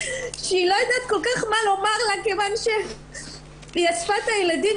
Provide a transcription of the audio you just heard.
שהיא לא יודעת כל כך מה לומר לה מכיוון שהיא אספה את הילדים,